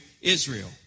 Israel